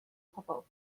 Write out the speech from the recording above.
pobol